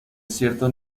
cierto